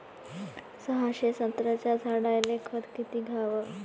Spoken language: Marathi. सहाशे संत्र्याच्या झाडायले खत किती घ्याव?